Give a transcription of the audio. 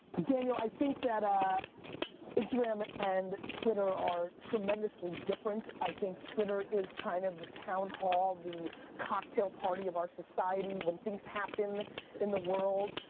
daniel, i think that ah instagram and twitter are tremendously different. i think twitter is kind of the town hall, the cocktail party of our society. when things happen in the world,